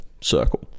circle